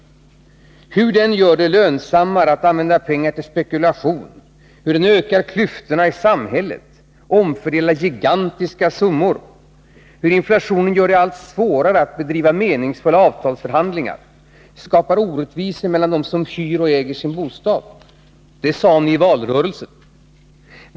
I den beskrevs hur inflationen gör det lönsammare att använda pengar till spekulation, hur den ökar klyftorna i samhället, hur den omfördelar gigantiska summor, hur den gör det allt svårare att bedriva meningsfulla avtalsförhandlingar och skapar orättvisor mellan dem som hyr och dem som äger sin bostad. Det sade ni i valrörelsen.